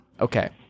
okay